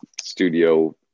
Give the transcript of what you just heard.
studio